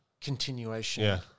continuation